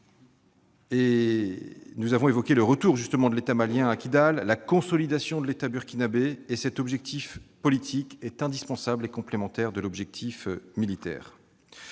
nous avons évoqué le retour de l'État malien à Kidal, la consolidation de l'État burkinabé. Cet objectif politique est indispensable et complémentaire de l'objectif militaire.